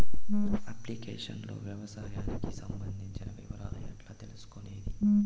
Application లో వ్యవసాయానికి సంబంధించిన వివరాలు ఎట్లా తెలుసుకొనేది?